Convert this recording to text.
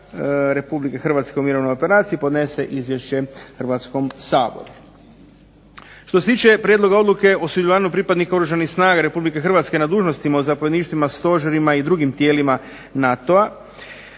Republike Hrvatske u mirovnoj operaciji podnese izvješće Hrvatskom saboru. Što se tiče Prijedloga odluke o sudjelovanju pripadnika Oružanih snaga Republike Hrvatske na dužnostima u zapovjedništvima, stožerima i drugim tijelima NATO-a,